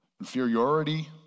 inferiority